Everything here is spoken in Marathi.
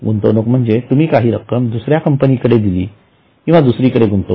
गुंतवणूक म्हणजे तुम्ही काही'रक्कम दुसऱ्या कंपनी कडे दिली किंवा दुसरीकडे गुंतविली